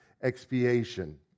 expiation